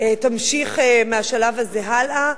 תמשיך מהשלב הזה הלאה,